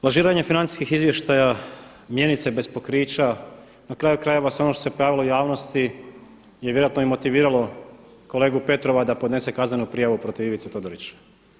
Lažiranje financijskih izvještaja, mjenice bez pokrića, na kraju krajeva sve ono što se pojavilo u javnosti je vjerojatno i motiviralo kolegu Petrova da podnese kaznenu prijavu protiv Ivice Todorića.